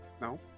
No